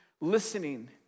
listening